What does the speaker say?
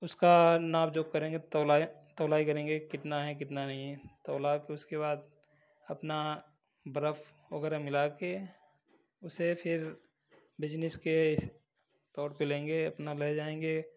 उसका नाप जोख करेंगे तौलाए तौलाई करेंगे कितना है कितना नहीं है तौला कर उसके बाद अपना बर्फ वगैरह मिला कर उसे फिर बिज़नेस के तौर पर लेंगे अपना ले जाएंगे